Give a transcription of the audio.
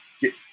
Get